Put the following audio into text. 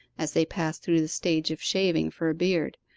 as they pass through the stage of shaving for a beard,